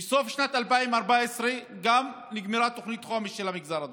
גם בסוף שנת 2014 נגמרה תוכנית חומש של המגזר הדרוזי.